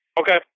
okay